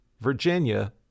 Virginia